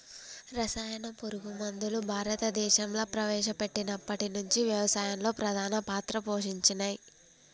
రసాయన పురుగు మందులు భారతదేశంలా ప్రవేశపెట్టినప్పటి నుంచి వ్యవసాయంలో ప్రధాన పాత్ర పోషించినయ్